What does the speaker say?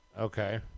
Okay